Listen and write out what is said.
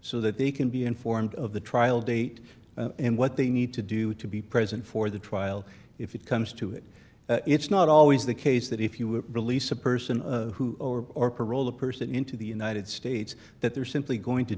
so that they can be informed of the trial date and what they need to do to be present for the trial if it comes to it it's not always the case that if you release a person who or parole a person into the united states that they're simply going to